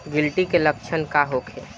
गिलटी के लक्षण का होखे?